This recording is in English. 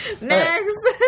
next